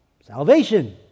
Salvation